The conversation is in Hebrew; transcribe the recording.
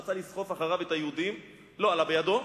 שרצה לסחוף אחריו את היהודים, לא עלה בידו,